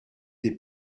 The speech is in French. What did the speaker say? des